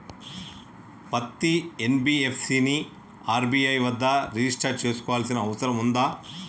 పత్తి ఎన్.బి.ఎఫ్.సి ని ఆర్.బి.ఐ వద్ద రిజిష్టర్ చేసుకోవాల్సిన అవసరం ఉందా?